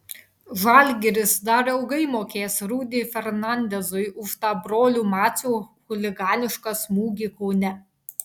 žalgiris dar ilgai mokės rudy fernandezui už tą brolių macių chuliganišką smūgį kaune